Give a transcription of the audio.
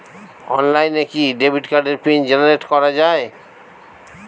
অনলাইনে কি ডেবিট কার্ডের পিন জেনারেট করা যায়?